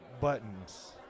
Buttons